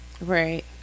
Right